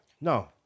No